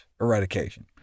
eradication